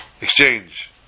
exchange